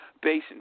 Basin